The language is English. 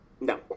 No